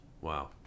Wow